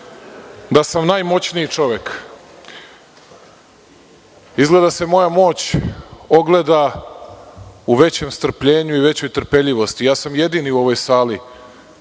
da sam najmoćniji čovek. Izgleda se moja moć ogleda u većem strpljenju i većoj trpeljivosti. Ja sam jedini u ovoj sali